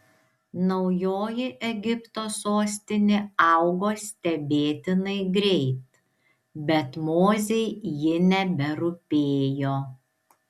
naujoji egipto sostinė augo stebėtinai greit bet mozei ji neberūpėjo